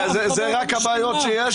רק אלה הבעיות שיש?